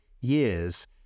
years